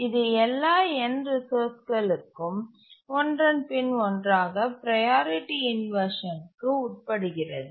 இது எல்லா n ரிசோர்ஸ்ங்களுக்கும் ஒன்றன்பின் ஒன்றாக ப்ரையாரிட்டி இன்வர்ஷன்க்கு உட்படுகிறது